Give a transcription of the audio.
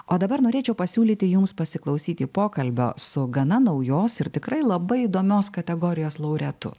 o dabar norėčiau pasiūlyti jums pasiklausyti pokalbio su gana naujos ir tikrai labai įdomios kategorijos laureatu